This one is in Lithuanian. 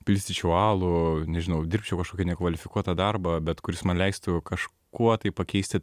pilstyčiau alų nežinau dirbčiau kažkokį nekvalifikuotą darbą bet kuris man leistų kažkuo tai pakeisti